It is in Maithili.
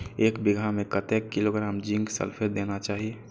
एक बिघा में कतेक किलोग्राम जिंक सल्फेट देना चाही?